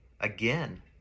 again